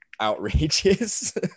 outrageous